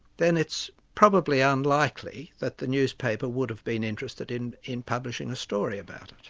then it's probably unlikely that the newspaper would have been interested in in publishing a story about it.